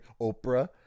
Oprah